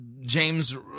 James